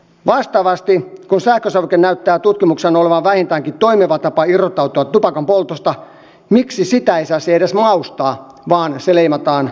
vastaavasti kun sähkösavuke näyttää tutkimuksissa olevan vähintäänkin toimiva tapa irrottautua tupakanpoltosta miksi sitä ei saisi edes maustaa vaan se leimataan myrkyksi